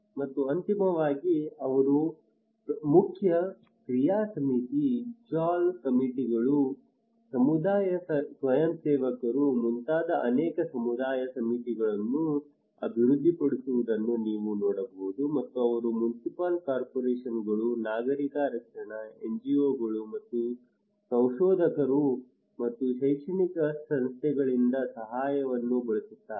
ಮತ್ತು ಅಂತಿಮವಾಗಿ ಅವರು ಮುಖ್ಯ ಕ್ರಿಯಾ ಸಮಿತಿ ಚಾಲ್ ಕಮಿಟಿಗಳು ಸಮುದಾಯ ಸ್ವಯಂಸೇವಕರು ಮುಂತಾದ ಅನೇಕ ಸಮುದಾಯ ಸಮಿತಿಗಳನ್ನು ಅಭಿವೃದ್ಧಿಪಡಿಸುವುದನ್ನು ನೀವು ನೋಡಬಹುದು ಮತ್ತು ಅವರು ಮುನ್ಸಿಪಲ್ ಕಾರ್ಪೊರೇಷನ್ ಗಳು ನಾಗರಿಕ ರಕ್ಷಣಾ NGO ಗಳು ಮತ್ತು ಸಂಶೋಧಕರು ಮತ್ತು ಶೈಕ್ಷಣಿಕ ಸಂಸ್ಥೆಗಳಿಂದ ಸಹಾಯವನ್ನು ಬಯಸುತ್ತಾರೆ